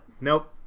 Nope